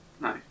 No